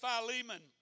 Philemon